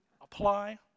apply